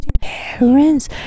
parents